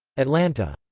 atlanta.